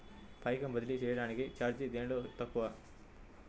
పైకం బదిలీ చెయ్యటానికి చార్జీ దేనిలో తక్కువ?